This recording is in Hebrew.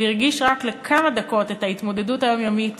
והרגיש רק לכמה דקות את ההתמודדות היומיומית